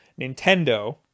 Nintendo